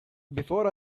before